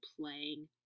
playing